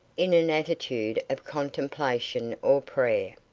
in an attitude of contemplation or prayer.